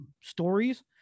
stories